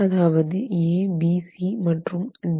அதாவது ABC மற்றும் D